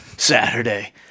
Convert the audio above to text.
Saturday